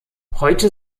heute